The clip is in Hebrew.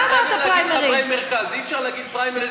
אם אמרת "פריימריז", אם אמרת "פריימריז",